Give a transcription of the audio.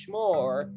more